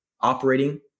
operating